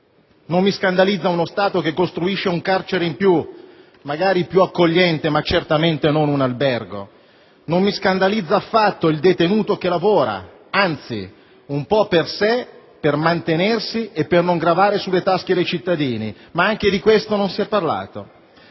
Non mi scandalizza uno Stato che costruisce un carcere in più, magari più accogliente, ma certamente non un albergo; non mi scandalizza affatto il detenuto che lavora, anzi, un po' per sé, per mantenersi e per non gravare sulle tasche dei cittadini, ma anche di questo non si è parlato.